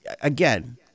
again